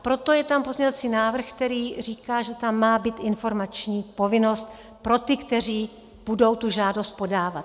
Proto je tam pozměňovací návrh, který říká, že tam má být informační povinnost pro ty, kteří budou tu žádost podávat.